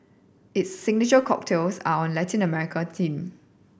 its signature cocktails are on Latin American theme